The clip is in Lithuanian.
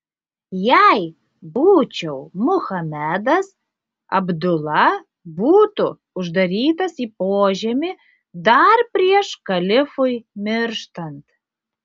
jei būčiau muhamedas abdula būtų uždarytas į požemį dar prieš kalifui mirštant